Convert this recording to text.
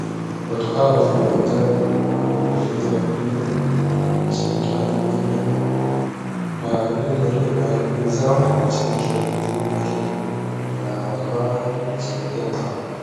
Watu hawa wako uwanjani , wako kwenye uwanja wa mpira ni mashsabiki wa timu fulani, kwa vile imeandikwa kwa nguo zao ni mashabiki wa timu ya Kenya, na watu hao wanasherehekea bao.